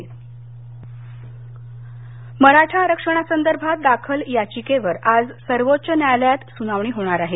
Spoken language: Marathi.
मराठा आरक्षण मराठा आरक्षणासंदर्भात दाखल याचिकेवर आज सर्वोच्च न्यायालयात सुनावणी होणार आहे